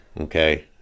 okay